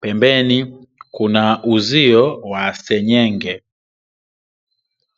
pembeni kuna uzio wa senyenge.